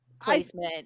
placement